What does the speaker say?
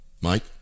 Mike